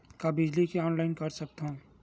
का बिजली के ऑनलाइन कर सकत हव?